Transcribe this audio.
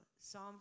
Psalm